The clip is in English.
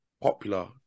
popular